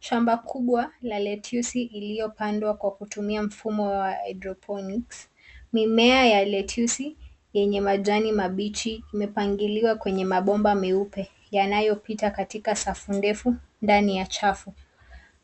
Shamba kubwa la lettuce iliyopandwa kwa kutumia mfumo wa hydroponics . Mimea ya lettuce yenye majani mabichi imepangiliwa kwenye mabomba meupe yanayopita katika safu ndefu ndani ya chafu.